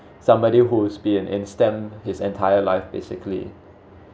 somebody who has been in S_T_E_M his entire life basically